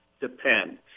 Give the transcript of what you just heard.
depend